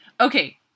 Okay